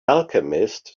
alchemist